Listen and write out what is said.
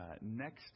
next